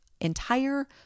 entire